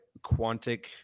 Quantic